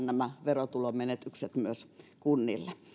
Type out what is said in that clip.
nämä verotulomenetykset myös sitten kompensoidaan kunnille